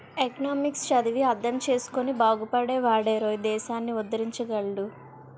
economics చదివి అర్థం చేసుకుని బాగుపడే వాడేరోయ్ దేశాన్ని ఉద్దరించగలడు